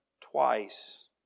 twice